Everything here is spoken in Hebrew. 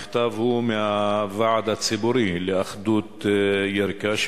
המכתב הוא מהוועד הציבורי לאחדות ירכא,